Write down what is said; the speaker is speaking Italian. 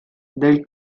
del